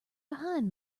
behind